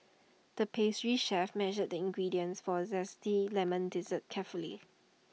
the pastry chef measured the ingredients for A Zesty Lemon Dessert carefully